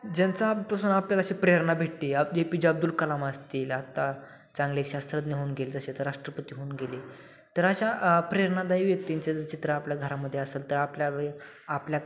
ज्यांच्यापासून आपल्याला अशी प्रेरणा भेटते A P J Abdul Kalam असतील आत्ता चांगले एक शास्त्रज्ञ होऊन गेले तसेच राष्ट्रपती होऊन गेले तर अशा प्रेरणादायी व्यक्तींचे जर चित्र आपल्या घरामध्ये असेल तर आपल्या वेळे आपल्या